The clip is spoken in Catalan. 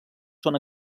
són